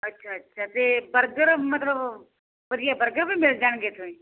ਅੱਛਾ ਅੱਛਾ ਅਤੇ ਬਰਗਰ ਮਤਲਬ ਵਧੀਆ ਬਰਗਰ ਵੀ ਮਿਲ ਜਾਣਗੇ ਇੱਥੋਂ ਹੀ